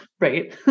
Right